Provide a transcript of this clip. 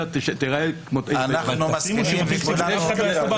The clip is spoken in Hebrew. תיראה --- אז תשימו שירותים ציבוריים ברחוב.